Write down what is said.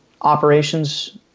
operations